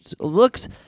looks